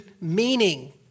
meaning